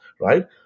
right